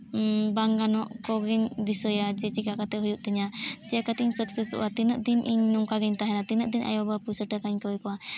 ᱵᱟᱝ ᱜᱟᱱᱚᱜ ᱠᱚᱜᱮᱧ ᱫᱤᱥᱟᱹᱭᱟ ᱡᱮ ᱪᱤᱠᱟᱹ ᱠᱟᱛᱮᱫ ᱦᱩᱭᱩᱜ ᱛᱤᱧᱟᱹ ᱪᱤᱠᱟᱹ ᱠᱟᱹᱛᱤᱧ ᱥᱟᱠᱥᱮᱥᱚᱜᱼᱟ ᱛᱤᱱᱟᱹᱜ ᱫᱤᱱ ᱤᱧ ᱱᱚᱝᱠᱟ ᱜᱤᱧ ᱛᱟᱦᱮᱱᱟ ᱛᱤᱱᱟᱹᱜ ᱫᱤᱱ ᱟᱭᱳᱼᱵᱟᱵᱟ ᱯᱚᱭᱥᱟ ᱴᱟᱠᱟᱧ ᱠᱚᱭ ᱠᱚᱣᱟ